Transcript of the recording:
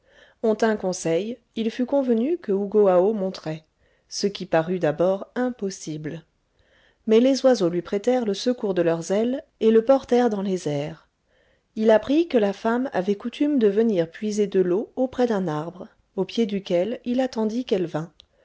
on tint conseil il fut convenu que hougoaho monterait ce qui parut d'abord impossible mais les oiseaux lui prêtèrent le secours de leurs ailes et le portèrent dans les airs il apprit que la femme avait coutume de venir puiser de l'eau auprès d'un arbre au pied duquel il attendit qu'elle vint